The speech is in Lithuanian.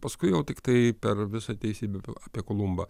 paskui jau tiktai per visą teisybę apie kolumbą